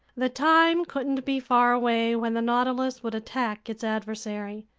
the time couldn't be far away when the nautilus would attack its adversary,